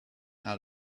out